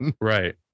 right